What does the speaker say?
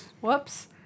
Whoops